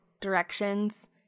directions